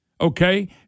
okay